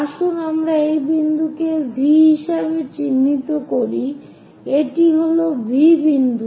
আসুন আমরা এই বিন্দুকে V হিসাবে চিহ্নিত করি এটি হল V বিন্দু